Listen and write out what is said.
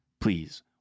Please